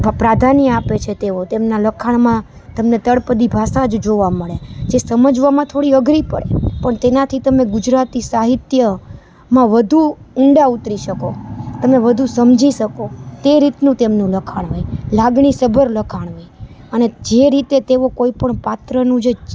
પ્રાધાન્ય આપે છે તેઓ તેમના લખાણમાં તળપદી ભાષા જ જોવા મળે જે સમજવામાં થોડી અઘરી પડે પણ તેનાથી તમે ગુજરાતી સાહિત્ય માં વધુ ઊંડા ઉતરી શકો અને વધુ સમજી શકો તે રીતનું તેમનું લખાણ હોય લાગણીસભર લખાણ હોય અને જે રીતે તેઓ કોઈ પણ પાત્રનું જે